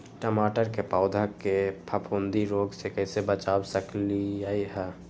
टमाटर के पौधा के फफूंदी रोग से कैसे बचा सकलियै ह?